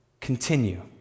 Continue